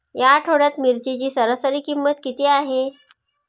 या आठवड्यात मिरचीची सरासरी किंमत किती आहे?